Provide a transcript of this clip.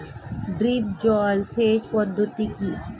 Drip জল সেচ পদ্ধতি কি?